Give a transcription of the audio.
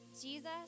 Jesus